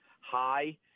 high